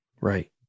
Right